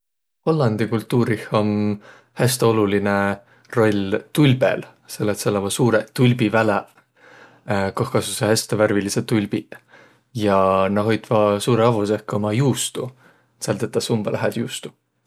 Hollandi kultuurih om häste olulinõ roll tulbel, selle et sääl ommaq suurõq tulbiväläq, koh kasusõq häste värvilidseq tulbiq. Ja nä hoitva suurõ avvo seeh ka umma juustu. Sääl tetäs umbõlõ hääd juustu.